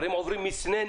הם הרי עובדים מסננת